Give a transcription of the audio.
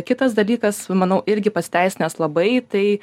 kitas dalykas manau irgi pasiteisinęs labai tai